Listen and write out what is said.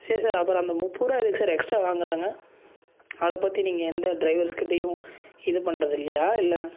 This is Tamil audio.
சரி சார் அப்பறம் அந்த முப்பதுருவா எதுக்கு சார் எக்ஸ்டரா வாங்குறாங்க அதை பற்றி நீங்கள் எந்த ட்ரைவர்ஸ் கிட்டேயும் இது பண்றது இல்லையா இல்லை